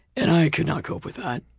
and i could not cope with that.